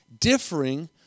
differing